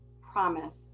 promise